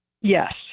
Yes